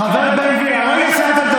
חבר הכנסת בן גביר, תודה.